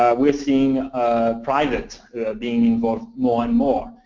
we're seeing private being involved more and more.